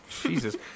Jesus